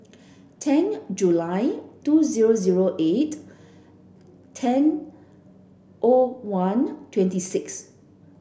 ten July two zero zero eight ten O one twenty six